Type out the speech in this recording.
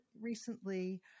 recently